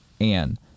Anne